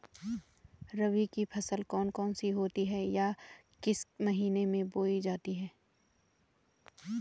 रबी की फसल कौन कौन सी होती हैं या किस महीने में बोई जाती हैं?